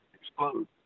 explode